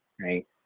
right